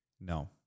No